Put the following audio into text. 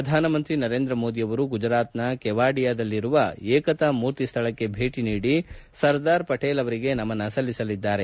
ಪ್ರಧಾನಮಂತ್ರಿ ನರೇಂದ್ರ ಮೋದಿ ಅವರು ಗುಜರಾತ್ನ ಕೆವಾಡಿಯಾದಲ್ಲಿರುವ ಏಕತಾ ಮೂರ್ತಿ ಸ್ದಳಕ್ಕೆ ಭೇಟಿ ನೀಡಿ ಸರ್ದಾರ್ ಪಟೇಲ್ ಅವರಿಗೆ ನಮನ ಸಲ್ಲಿಸಲಿದ್ದಾರೆ